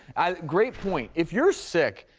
great point. if you're sick,